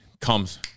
comes